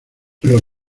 los